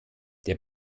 der